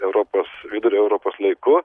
europos vidurio europos laiku